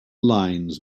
lines